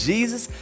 Jesus